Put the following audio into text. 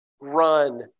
run